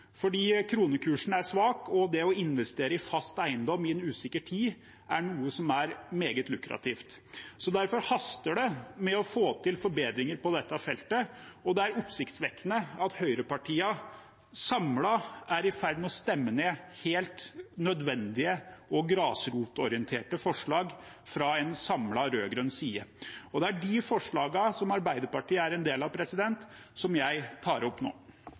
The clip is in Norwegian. kronekursen er svak, og det å investere i fast eiendom i en usikker tid er meget lukrativt. Derfor haster det med å få til forbedringer på dette feltet, og det er oppsiktsvekkende at høyrepartiene samlet er i ferd med å stemme ned helt nødvendige og grasrotorienterte forslag fra en samlet rød-grønn side. Det er de forslagene, som Arbeiderpartiet er en del av, som jeg tar opp nå.